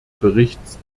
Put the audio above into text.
berichts